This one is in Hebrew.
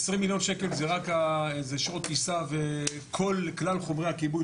20 מיליון שקל זה שעות טיסה וכל כלל חומרי הכיבוי,